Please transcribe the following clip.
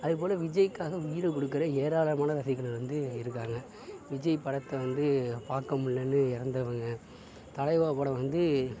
அதே போல் விஜய்க்காக உயிரை கொடுக்கற ஏராளமான ரசிகர்கள் வந்து இருக்காங்கள் விஜய் படத்தை வந்து பார்க்க முடியலன்னு இறந்தவங்க தலைவா படம் வந்து